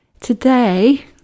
today